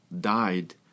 died